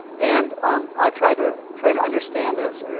and um i tried to tried to understand this.